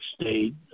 State